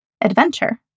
Adventure